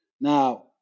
now